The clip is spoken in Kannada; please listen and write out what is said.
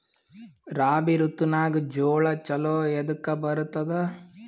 ರಾಬಿ ಋತುನಾಗ್ ಜೋಳ ಚಲೋ ಎದಕ ಬರತದ?